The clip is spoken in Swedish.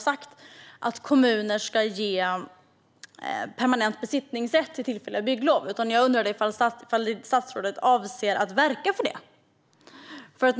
sagt att kommuner ska ge permanent besittningsrätt till bostäder med tillfälliga bygglov. Jag undrade om statsrådet avser att verka för detta.